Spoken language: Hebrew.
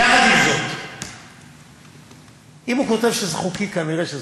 אם הוא כותב שזה חוקי, כנראה זה חוקי.